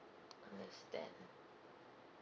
understand